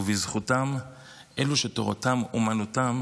ובזכותם אלו שתורתם אומנותם